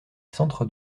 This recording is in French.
centres